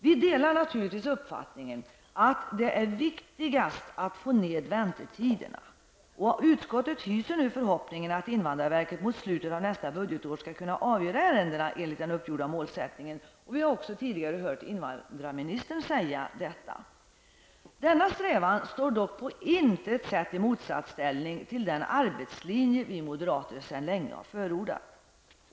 Vi delar naturligtvis uppfattningen att det viktigaste är att korta ned väntetiderna. Utskottet hyser nu förhoppningen att invandrarverket mot slutet av nästa budgetår skall kunna avgöra ärendena enligt den uppgjorda målsättningen. Vi har också tidigare hört invandrarministern säga detta. Denna strävan står dock inte i motsatsställning till den ''arbetslinje'' vi moderater länge förordat.